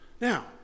Now